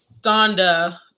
Donda